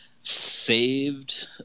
saved